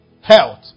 Health